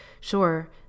Sure